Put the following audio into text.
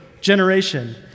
generation